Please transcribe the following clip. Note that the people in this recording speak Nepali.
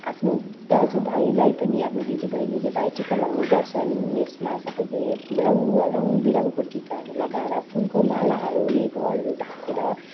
आफ्नो दाजु भाइलाई पनि आफ्नो दिदी बहिनीले भाइटिका लगाउने गर्छन् यसमा सबले रङ रङ विरङको टिकाहरू लगाएर फुलको मालाहरूले घरहरू ढाकेर